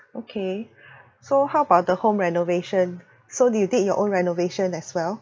okay so how about the home renovation so you did your own renovation as well